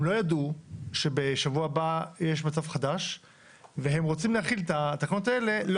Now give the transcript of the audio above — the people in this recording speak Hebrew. הם לא ידעו שבשבוע הבא יש מצב חדש והם רוצים להחיל את התקנות האלה לא